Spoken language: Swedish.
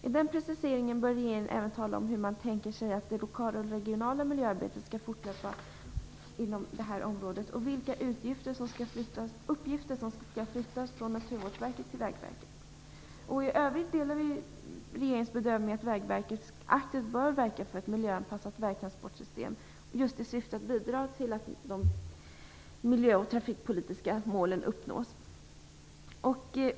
I den preciseringen bör regeringen även tala om hur man tänker sig att det lokala och regionala miljöarbetet skall fortlöpa inom det här området och vilka uppgifter som skall flyttas från Naturvårdsverket till Vägverket. I övrigt delar vi regeringens bedömning att Vägverket aktivt bör verka för ett miljöanpassat vägtransportsystem, just i syfte att bidra till att de miljö och trafikpolitiska målen uppnås.